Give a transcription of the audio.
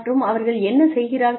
மற்றும் அவர்கள் என்ன செய்கிறார்கள்